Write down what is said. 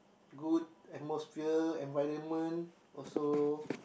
good atmosphere environment also